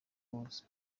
hose